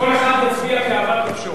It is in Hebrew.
קודם כול שב, קודם כול שב.